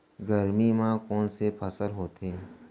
गरमी मा कोन से फसल होथे?